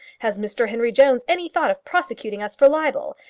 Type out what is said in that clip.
has mr henry jones any thought of prosecuting us for libel?